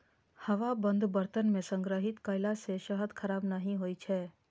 हवाबंद बर्तन मे संग्रहित कयला सं शहद खराब नहि होइ छै